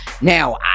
now